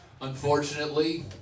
Unfortunately